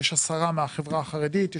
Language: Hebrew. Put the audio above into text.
יש עשרה מהחברה החרדית,